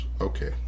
Okay